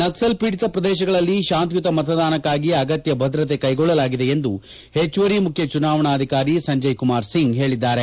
ನಕ್ಸಲ್ ಪೀಡಿತ ಪ್ರದೇಶಗಳಲ್ಲಿ ಶಾಂತಿಯುತ ಮತದಾನಕ್ಸಾಗಿ ಅಗತ್ಯ ಭದ್ರತೆ ಕೈಗೊಳ್ಳಲಾಗಿದೆ ಎಂದು ಹೆಚ್ಚುವರಿ ಮುಖ್ಯ ಚುನಾವಣಾಧಿಕಾರಿ ಸಂಜಯ್ ಕುಮಾರ್ ಸಿಂಗ್ ಹೇಳಿದ್ದಾರೆ